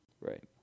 Right